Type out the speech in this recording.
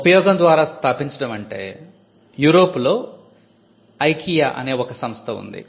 ఉపయోగం ద్వారా స్థాపించడం అంటే యూరోప్ లో IKEA అనే ఒక సంస్థ ఉంది